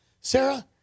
Sarah